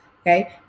okay